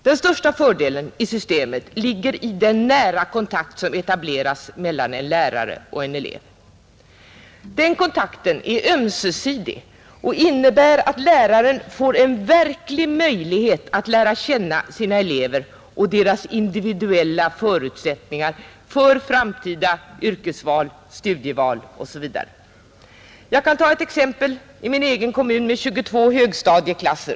Den största fördelen i systemet ligger i den nära kontakt som etableras mellan en lärare och en elev. Denna kontakt är ömsesidig och innebär att läraren får en verklig möjlighet att lära känna sina elever och deras individuella förutsättningar för framtida yrkesval, studieval osv. Jag kan ta ett exempel från min egen kommun med 22 högstadieklasser.